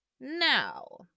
Now